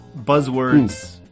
buzzwords